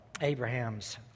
Abraham's